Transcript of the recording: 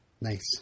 Nice